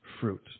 fruit